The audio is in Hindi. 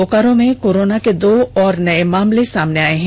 बोकारो में कोरोना के दो और नए मामले सामने आए हैं